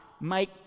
make